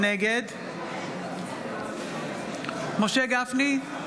נגד משה גפני,